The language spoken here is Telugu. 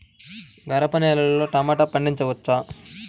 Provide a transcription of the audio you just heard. గరపనేలలో టమాటా పండించవచ్చా?